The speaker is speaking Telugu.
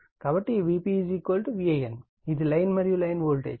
కాబట్టి Vp VAN ఇది లైన్ మరియు లైన్ వోల్టేజ్